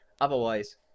Otherwise